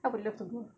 I would love to go